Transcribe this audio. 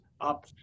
up